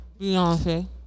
Beyonce